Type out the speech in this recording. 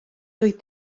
doedd